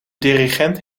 dirigent